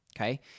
okay